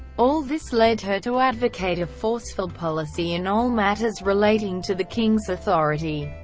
all this led her to advocate a forceful policy in all matters relating to the king's authority,